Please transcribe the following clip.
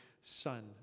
son